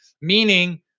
meaning